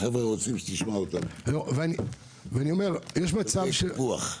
החבר'ה רוצים שתשמע אותם, שלא יהיה קיפוח.